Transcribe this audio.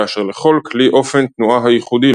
כאשר לכל כלי אופן תנועה הייחודי לו,